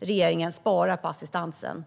regeringen sparar på assistansen.